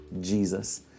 Jesus